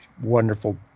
wonderful